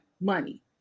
money